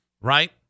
right